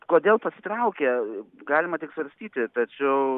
kodėl pasitraukia galima tik svarstyti tačiau